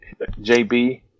JB